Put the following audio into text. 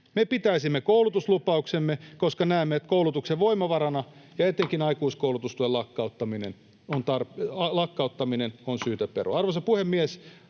Me pitäisimme koulutuslupauksemme, koska näemme koulutuksen voimavarana. Etenkin aikuiskoulutustuen lakkauttaminen on syytä perua. Arvoisa puhemies!